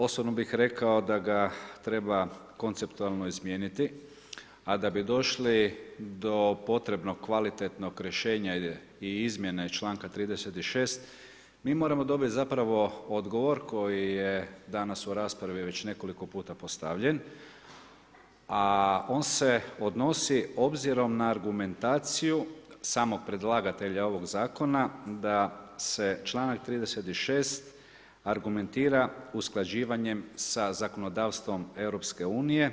Osobno bih rekao da ga treba konceptualno izmijeniti, a da bi došli do potrebnog kvalitetnog rješenja i izmjene članka 36. mi moramo dobiti odgovor koji je danas u raspravi već nekoliko puta postavljen, a on se odnosi obzirom na argumentaciju samog predlagatelja ovog zakona da se članak 36. argumentira usklađivanjem sa zakonodavstvom EU.